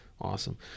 awesome